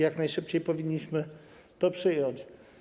Jak najszybciej powinniśmy to przyjąć.